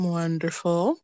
wonderful